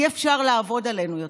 אי-אפשר לעבוד עלינו יותר,